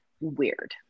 weird